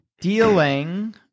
dealing